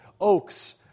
oaks